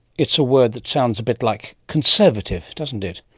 it's a word that sounds a bit like conservative, doesn't it?